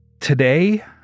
Today